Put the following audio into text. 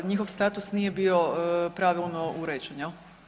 Njihov status nije bio pravilno uređen jel.